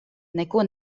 neko